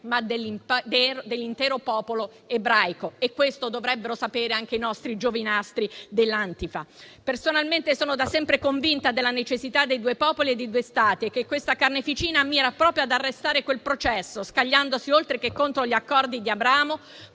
ma dell'intero popolo ebraico. E questo dovrebbero sapere anche i nostri giovinastri dell'Antifa. Personalmente, sono da sempre convinta della necessità dei due popoli e due Stati. Questa carneficina mira proprio ad arrestare quel processo, scagliandosi, oltre che contro gli Accordi di Abramo,